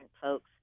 folks